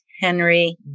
Henry